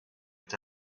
est